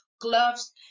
gloves